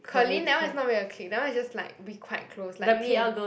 Ker-Lin that one is not really a clique that one is just like we quite close like me and